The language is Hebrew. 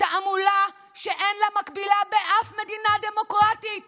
תעמולה שאין לה מקבילה באף מדינה דמוקרטית